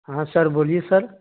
ہاں سر بولیے سر